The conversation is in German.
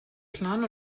plan